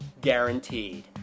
Guaranteed